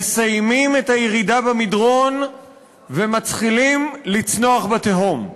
מסיימים את הירידה במדרון ומתחילים לצנוח בתהום.